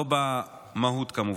לא במהות, כמובן.